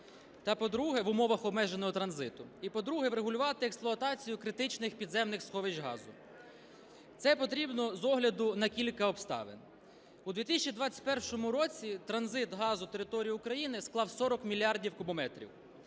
та по-друге… в умовах обмеженого транзиту, і по-друге, врегулювати експлуатацію критичних підземних сховищ газу. Це потрібно з огляду на кілька обставин. У 2021 році транзит газу територією України склав 40 мільярдів кубометрів